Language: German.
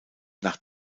nach